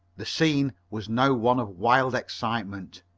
the scene was now one of wild excitement.